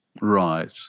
Right